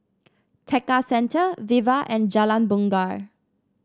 Tekka Centre Viva and Jalan Bungar